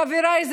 חבריי,